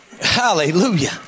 Hallelujah